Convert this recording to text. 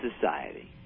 society